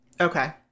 okay